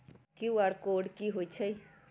QR code कि हई छई?